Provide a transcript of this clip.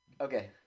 Okay